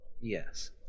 Yes